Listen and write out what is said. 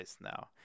now